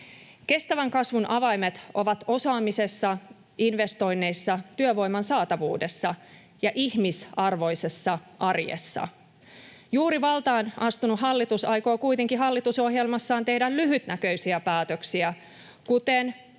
Kestävän kasvun avaimet ovat osaamisessa, investoinneissa, työvoiman saatavuudessa ja ihmisarvoisessa arjessa. Juuri valtaan astunut hallitus aikoo kuitenkin hallitusohjelmassaan tehdä lyhytnäköisiä päätöksiä, kuten